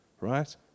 right